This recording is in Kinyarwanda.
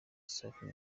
safi